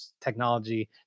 technology